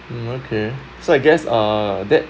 um okay so I guess uh that